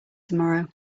tomorrow